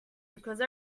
because